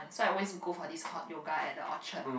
so I always go for this hot yoga at the Orchard